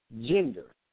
gender